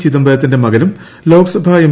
ചിദംബരത്തിന്റെ മകനും ലോക്സഭ എം